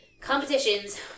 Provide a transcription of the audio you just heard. competitions